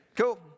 Cool